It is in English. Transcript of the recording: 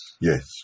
Yes